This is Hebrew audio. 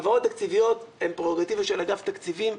העברות תקציביות הן פררוגטיבה של האף התקציבים,